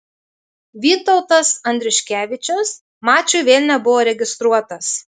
vytautas andriuškevičius mačui vėl nebuvo registruotas